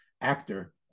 actor